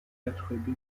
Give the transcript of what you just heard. attribue